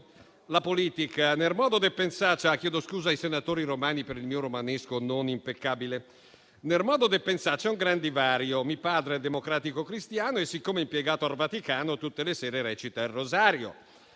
impeccabile. «Ner modo de pensà c'è un gran divario: mi' padre è democratico cristiano, e, siccome è impiegato ar Vaticano, tutte le sere recita er rosario;